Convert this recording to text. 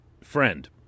friend